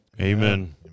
Amen